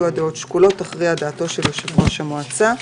היו הדעות שקולות תכריע דעתו של יושב ראש המועצה.